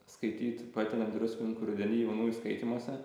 skaityt poetinio druskininkų rudeny jaunųjų skaitymuose